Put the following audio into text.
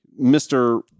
Mr